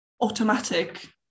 automatic